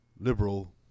liberal